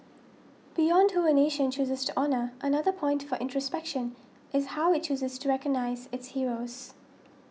beyond who a nation chooses to honour another point for introspection is how it chooses to recognise its heroes